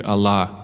Allah